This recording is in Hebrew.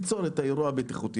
כל אלה יכולים ליצור אירוע בטיחותי,